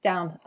Down